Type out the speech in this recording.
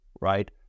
right